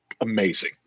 amazing